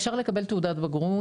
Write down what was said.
אפשר לקבל תעודת בגרות,